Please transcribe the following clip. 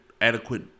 Adequate